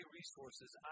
resources